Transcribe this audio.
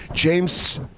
James